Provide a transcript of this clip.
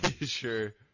Sure